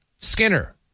Skinner